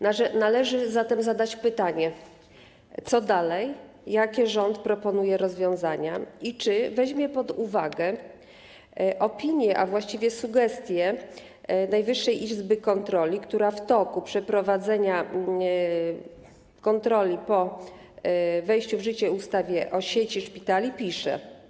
Należy zatem zadać pytanie, co dalej, jakie rząd proponuje rozwiązania i czy weźmie pod uwagę opinie, a właściwie sugestie Najwyższej Izby Kontroli, która w wyniku przeprowadzenia kontroli po wejściu w życie ustawy o sieci szpitali pisze: